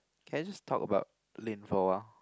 can I just talk about Lynn for awhile